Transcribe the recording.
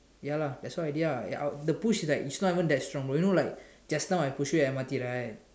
ya lah that's why ah the push right is not even that strong you know like just now I push you in the M_R_T right